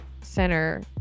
center